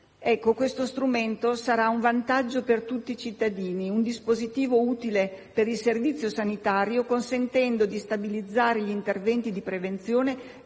rischio. Questo strumento sarà un vantaggio per tutti i cittadini, un dispositivo utile per il servizio sanitario, consentirà di stabilizzare gli interventi di prevenzione